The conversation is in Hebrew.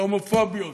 של ההומופוביות?